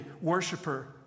worshiper